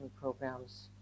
programs